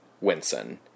Winston